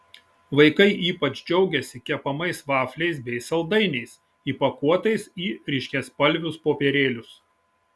vaikai ypač džiaugėsi kepamais vafliais bei saldainiais įpakuotais į ryškiaspalvius popierėlius